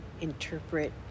interpret